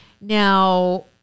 now